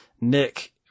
Nick